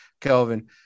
Kelvin